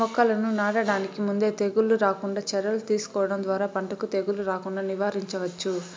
మొక్కలను నాటడానికి ముందే తెగుళ్ళు రాకుండా చర్యలు తీసుకోవడం ద్వారా పంటకు తెగులు రాకుండా నివారించవచ్చు